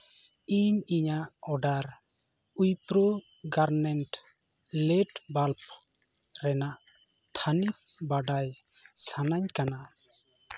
ᱤᱧ ᱤᱧᱟᱹᱜ ᱚᱰᱟᱨ ᱩᱭᱯᱨᱚ ᱜᱟᱨᱢᱮᱱᱴ ᱞᱮᱰ ᱵᱟᱞᱵᱽ ᱨᱮᱱᱟᱜ ᱛᱷᱟᱹᱱᱤᱛ ᱵᱟᱰᱟᱭ ᱥᱟᱱᱟᱧ ᱠᱟᱱᱟ